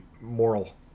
moral